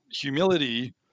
humility